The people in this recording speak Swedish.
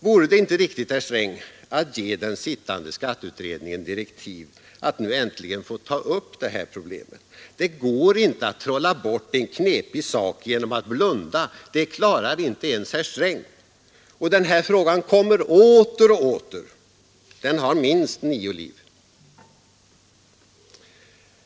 Vore det inte riktigt, herr Sträng, att ge den sittande skatteutredningen direktiv att nu äntligen få ta upp detta problem? Det går inte att trolla bort en knepig sak genom att blunda, det klarar inte ens herr Sträng. Den här frågan kommer åter och åter. Den har minst nio liv.